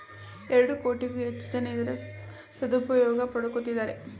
ಎರಡು ಕೋಟಿಗೂ ಹೆಚ್ಚು ಜನ ಇದರ ಸದುಪಯೋಗ ಪಡಕೊತ್ತಿದ್ದಾರೆ